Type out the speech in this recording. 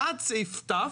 עד סעיף ת'